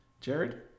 Jared